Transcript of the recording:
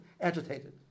agitated